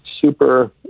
super